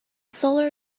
solar